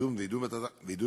קידום ועידוד התלמידים,